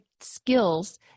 Skills